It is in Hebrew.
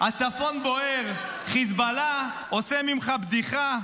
הצפון בוער, חיזבאללה עושה ממך בדיחה.